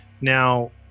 Now